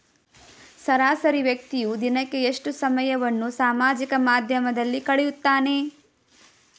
ಸರಾಸರಿ ವ್ಯಕ್ತಿಯು ದಿನಕ್ಕೆ ಎಷ್ಟು ಸಮಯವನ್ನು ಸಾಮಾಜಿಕ ಮಾಧ್ಯಮದಲ್ಲಿ ಕಳೆಯುತ್ತಾನೆ?